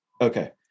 Okay